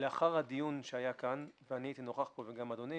לאחר הדיון שהיה כאן והייתי נוכח בו וגם אדוני,